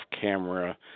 camera